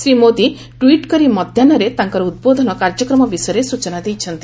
ଶ୍ରୀ ମୋଦି ଟ୍ସିଟ୍ କରି ମଧ୍ୟାହୁରେ ତାଙ୍କର ଉଦ୍ବୋଧନ କାର୍ଯ୍ୟକ୍ରମ ବିଷୟରେ ସୂଚନା ଦେଇଛନ୍ତି